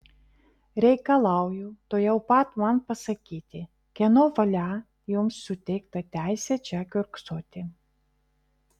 reikalauju tuojau pat man pasakyti kieno valia jums suteikta teisė čia kiurksoti